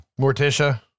Morticia